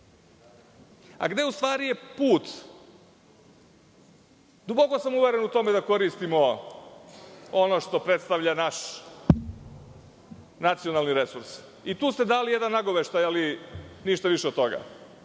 je u stvari put? Duboko sam uveren u tome da koristimo ono što predstavlja naš nacionalni resurs. Tu ste dali jedan nagoveštaj, ali ništa više od